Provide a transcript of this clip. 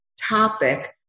topic